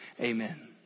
amen